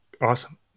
Awesome